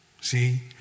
See